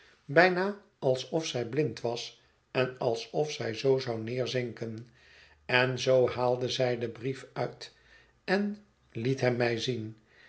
bijna alsof zij blind was en alsof zij zoo zou neerzinken en zoo haalde zij den brief uit en liet hem mij zien